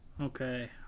Okay